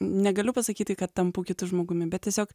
negaliu pasakyti kad tampu kitu žmogumi bet tiesiog